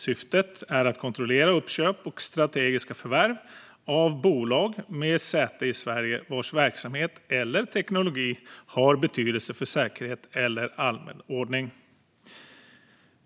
Syftet är att kontrollera uppköp och strategiska förvärv av bolag med säte i Sverige vars verksamhet eller teknologi har betydelse för säkerhet eller allmän ordning.